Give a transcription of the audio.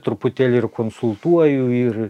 truputėlį ir konsultuoju ir